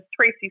Tracy